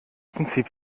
prinzip